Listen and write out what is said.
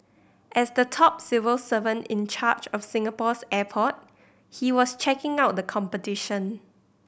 as the top civil servant in charge of Singapore's airport he was checking out the competition